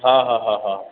हा हा हा हा